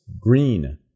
Green